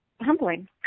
humbling